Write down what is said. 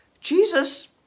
Jesus